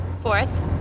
fourth